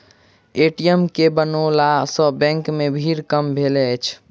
ATM के बनओला सॅ बैंक मे भीड़ कम भेलै अछि